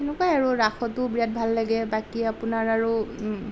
সেনেকুৱাই আৰু ৰাসতো বিৰাট ভাল লাগে আৰু বাকী আপোনাৰ আৰু